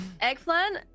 eggplant